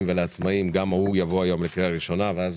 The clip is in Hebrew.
ולעצמאיים יבוא היום לקריאה ראשונה ואז